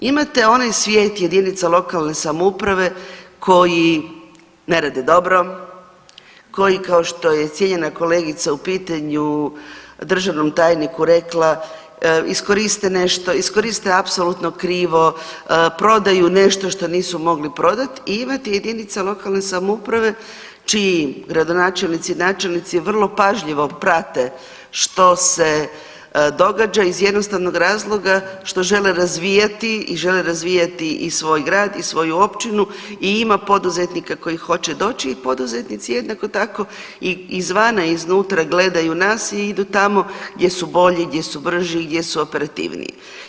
Imate onaj svijet jedinica lokalne samouprave koji ne rade dobre, koji kao što je cijenjena kolegica u pitanju državnom tajniku rekla iskoriste nešto, iskoriste apsolutno krivo, prodaju nešto što nisu mogli prodat i imate jedinica lokalne samouprave čiji gradonačelnici, načelnici vrlo pažljivo prate što se događa iz jednostavnog razloga što žele razvijati i žele razvijati i svoj grad i svoju općinu i ima poduzetnika koji hoće doći i poduzetnici jednako tako i izvana i iznutra gledaju nas i idu tamo gdje su bolji, gdje su brži, gdje su operativniji.